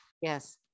Yes